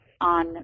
on